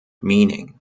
meaning